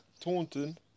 Taunton